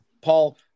Paul